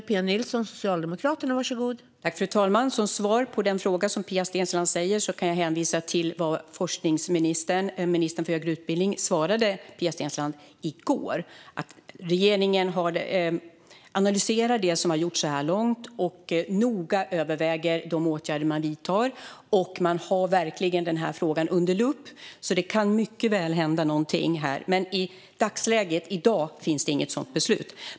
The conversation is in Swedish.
Fru talman! Som svar på Pia Steenslands fråga kan jag hänvisa till vad ministern för högre utbildning svarade Pia Steensland i går, nämligen att regeringen analyserar vad som har gjorts så här långt och noga överväger åtgärder. Man har verkligen frågan under lupp, så det kan mycket väl hända någonting. Men i dagsläget finns inget sådant beslut.